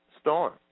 storm